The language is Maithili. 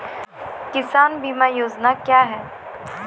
किसान बीमा योजना क्या हैं?